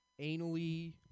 anally